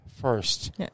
first